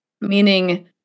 Meaning